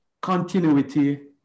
continuity